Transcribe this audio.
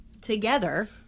together